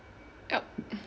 yup